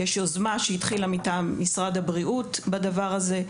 יש יוזמה שהתחילה מטעם משרד הבריאות בדבר הזה.